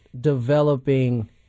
developing